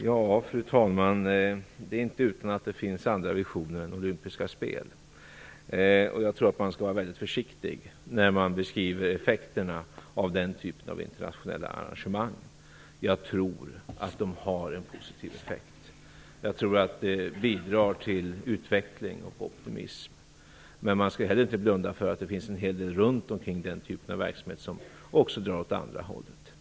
Fru talman! Det är inte utan att det finns andra visioner än olympiska spel. Jag tror att man skall vara väldigt försiktig när man beskriver effekterna av den här typen av internationella arrangemang. Jag tror att de har en positiv effekt. Jag tror att de bidrar till utveckling och optimism, men man skall heller inte blunda för att det finns en hel del runt omkring sådan här verksamhet som också drar åt andra hållet.